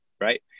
right